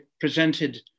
presented